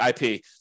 IP